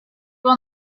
will